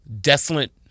desolate